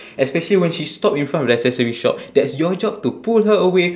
especially when she stop in front of the accessory shop that's your job to pull her away